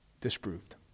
disproved